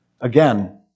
Again